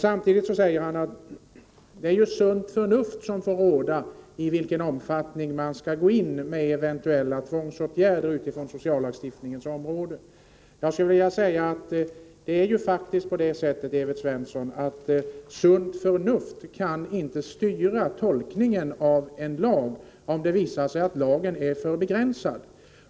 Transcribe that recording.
Samtidigt säger han att det sunda förnuftet får råda när det gäller frågan om i vilken omfattning man skall gå in med eventuella tvångsåtgärder på sociallagstiftningens område. Men det är faktiskt så, Evert Svensson, att det sunda förnuftet inte kan styra tolkningen av en lag som är alltför begränsad.